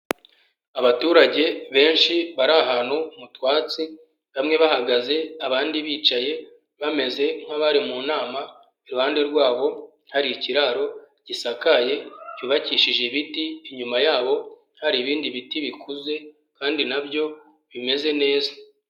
Abaturage benshi bari ahantu mu twatsi bamwe bahagaze abandi bicaye bameze nk'abari mu nama, iruhande rwabo hari ikiraro gisakaye cyubakishije ibiti, inyuma yabo hari ibindi biti bikuze kandi na byo bimeze neza.